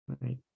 right